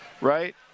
right